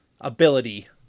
ability